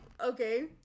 okay